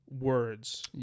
words